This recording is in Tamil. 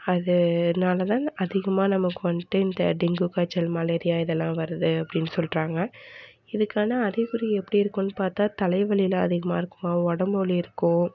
அதனால தான் அதிகமாக நமக்கு வந்துட்டு இந்த டெங்கு காய்ச்சல் மலேரியா இதெல்லாம் வருது அப்படின்னு சொல்கிறாங்க இதுக்கான அறிகுறி எப்படி இருக்கும்னு பார்த்தா தலைவலியெலாம் அதிகமாக இருக்குமாம் உடம்பு வலி இருக்கும்